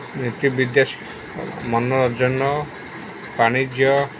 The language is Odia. ମନୋରଞ୍ଜନ ବାଣିଜ୍ୟ